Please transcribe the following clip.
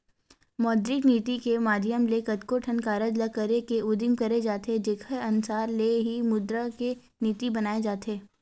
मौद्रिक नीति के माधियम ले कतको ठन कारज ल करे के उदिम करे जाथे जेखर अनसार ले ही मुद्रा के नीति बनाए जाथे